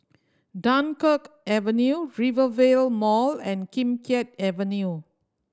Dunkirk Avenue Rivervale Mall and Kim Keat Avenue